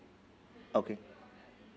okay